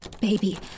Baby